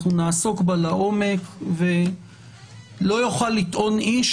נעסוק בה לעומק ולא יוכל לטעון איש